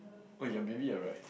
oh you have baby ya right